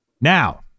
Now